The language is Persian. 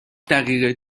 دقیقه